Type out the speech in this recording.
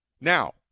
Now